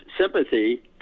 sympathy